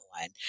one